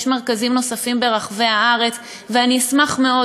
יש מרכזים נוספים ברחבי הארץ,